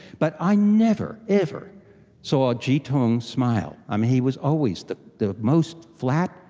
but i never, ever saw jitong smile. um he was always the the most flat,